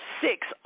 six